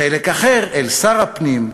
חלק אחר אל שר הפנים,